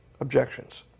objections